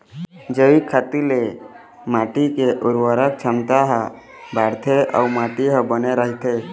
जइविक खातू ले माटी के उरवरक छमता ह बाड़थे अउ माटी ह बने रहिथे